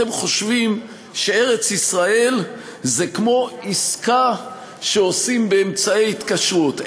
אתם חושבים שארץ-ישראל זה כמו עסקה שעושים באמצעי התקשרות.